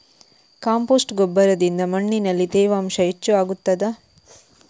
Compost ಗೊಬ್ಬರದಿಂದ ಮಣ್ಣಿನಲ್ಲಿ ತೇವಾಂಶ ಹೆಚ್ಚು ಆಗುತ್ತದಾ?